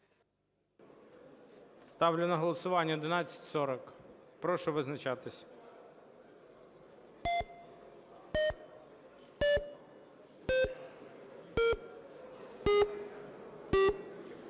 Ставлю на голосування 1142. Прошу визначатись